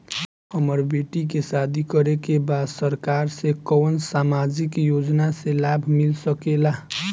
हमर बेटी के शादी करे के बा सरकार के कवन सामाजिक योजना से लाभ मिल सके ला?